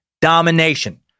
Domination